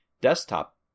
desktop